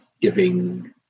giving